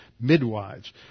midwives